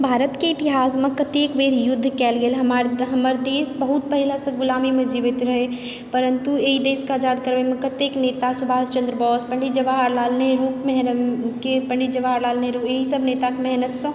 भारतके इतिहासमे कतेक बेर युद्ध कयल गेल हइ हमर हमर देश बहुत पहिलेसँ गुलामीमे जिबैत रहय परन्तु अइ देशके आजाद करबयमे कतेक नेता सुभाष चन्द्र बोस पण्डित जवाहर लाल नेहरू मेहनतके पण्डित जवाहर लाल नेहरू ई सभ नेताके मेहनतसँ